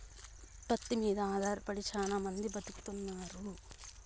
ఉత్పత్తి మీద ఆధారపడి శ్యానా మంది బతుకుతున్నారు